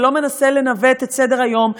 ולא מנסה לנווט את סדר-היום,